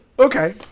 Okay